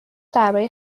درباره